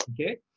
Okay